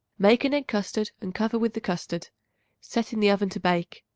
make an egg custard and cover with the custard set in the oven to bake.